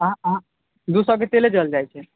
दू सए के तेले जरि जाइ छै